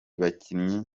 bakinnyi